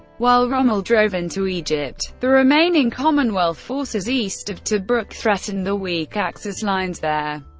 while rommel drove into egypt, the remaining commonwealth forces east of tobruk threatened the weak axis lines there.